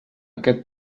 aquest